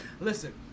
Listen